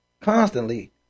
constantly